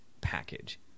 package